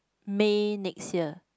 May next year